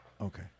Okay